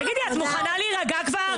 את מוכנה להירגע כבר?